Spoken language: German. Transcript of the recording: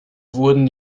wurden